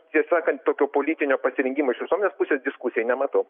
tiesą sakant tokio politinio pasirengimo iš visuomenės pusės diskusijai nematau